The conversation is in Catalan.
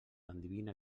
endevina